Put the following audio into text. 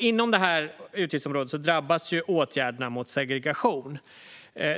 Inom det här utgiftsområdet drabbas åtgärderna mot segregation.